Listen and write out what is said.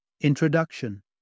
Introduction